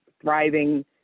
thriving